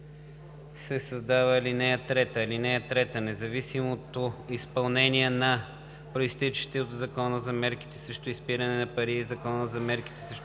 се създава ал. 3: „(3) Независимото изпълнение на произтичащите от Закона за мерките срещу изпирането на пари и Закона за мерките